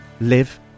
live